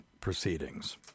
Proceedings